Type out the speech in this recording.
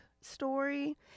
story